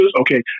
Okay